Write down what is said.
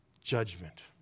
judgment